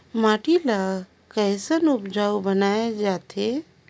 माटी ला कैसन उपजाऊ बनाय जाथे?